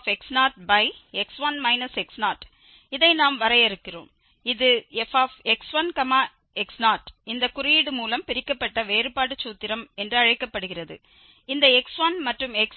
fx1 x0 இதை நாம் வரையறுக்கிறோம் இது fx1x0 இந்த குறியீடு மூலம் பிரிக்கப்பட்ட வேறுபாடு சூத்திரம் என்று அழைக்கப்படுகிறது இந்த x1 மற்றும் x0